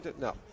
No